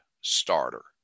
starter